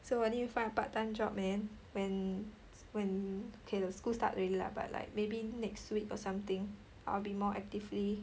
so I need to find a part time job man when when okay the school start already lah but like maybe next week or something I'll be more actively